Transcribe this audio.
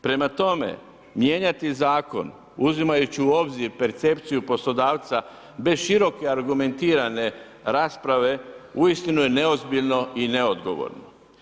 Prema tome, mijenjati zakon uzimajući u obzir percepciju poslodavca bez široke argumentirane rasprave, uistinu je neozbiljno i neodgovorno.